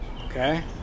Okay